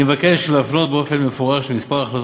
אני מבקש להפנות באופן מפורש למספר החלטות